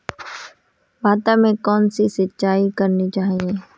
भाता में कौन सी सिंचाई करनी चाहिये?